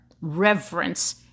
reverence